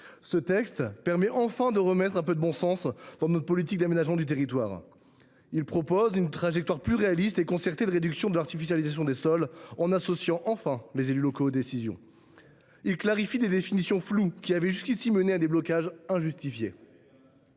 Ce texte permet enfin de remettre un peu de bon sens dans notre politique d’aménagement du territoire. Il prévoit une trajectoire plus réaliste et concertée de réduction de l’artificialisation des sols, en associant enfin les élus locaux aux décisions. Il clarifie des définitions floues, qui avaient jusqu’ici mené à des blocages injustifiés.